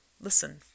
Listen